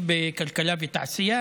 קיצוץ תקציב בכלכלה ותעשייה,